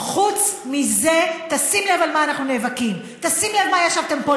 חוץ מזה לא עושים כלום?